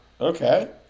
Okay